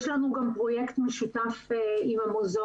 יש לנו גם פרויקט משותף עם המוזיאונים.